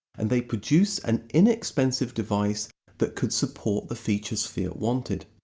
and they produced an inexpensive device that could support the features fiat wanted.